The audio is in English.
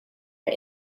are